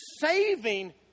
saving